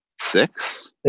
six